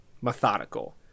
methodical